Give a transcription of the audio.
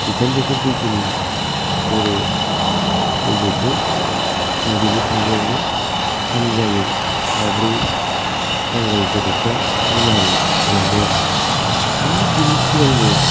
जिथाम बोसोर बैसोनि बर' आइजोखौ दुगैनो थांनायावनो हानजायै साब्रै बांगाल गथ'फ्रा जिनाहारि खालामदों आरो आरो बिनि सिगां बो